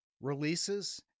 releases